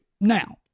Now